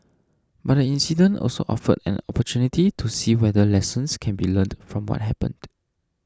but the incident also offered an opportunity to see whether lessons can be learned from what happened